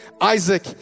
Isaac